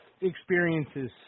experiences